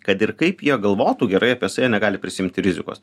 kad ir kaip jie galvotų gerai apie save negali prisiimti rizikos